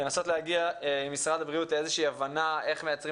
להגיע עם משרד הבריאות לאיזה שהיא הבנה איך מייצרים